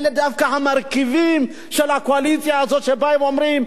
אלה דווקא המרכיבים של הקואליציה הזאת שבה הם אומרים,